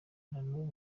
nubu